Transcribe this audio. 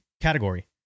category